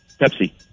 Pepsi